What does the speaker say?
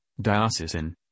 diocesan